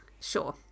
Sure